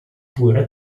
pure